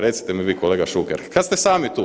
Recite mi vi kolega Šuker, kad ste sami tu.